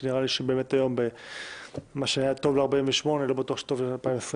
כי נראה לי שמה שהיה טוב ל-1948 לא בטוח שטוב ל-2020.